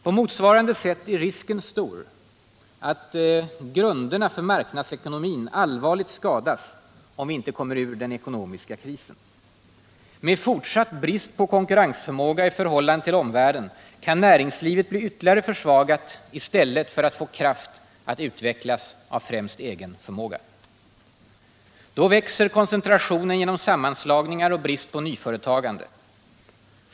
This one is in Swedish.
På motsvarande sätt är risken stor att grunderna för marknadsekonomin allvarligt skadas om vi inte kommer ur den ekonomiska krisen. Med fortsatt brist på konkurrenskraft i förhållande till omvärlden kan näringslivet bli ytterligare försvagat i stället för att få kraft att utvecklas av främst egen förmåga. Då växer koncentrationen genom sammanslagningar och brist på nyföretagande.